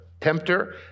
tempter